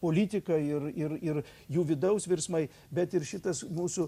politika ir ir ir jų vidaus virsmai bet ir šitas mūsų